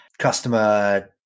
customer